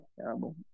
terrible